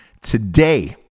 Today